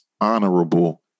honorable